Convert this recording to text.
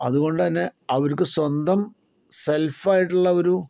അതുകൊണ്ടു തന്നെ അവരൊക്കെ സ്വന്തം സെൽഫ് ആയിട്ടുള്ള ഒരു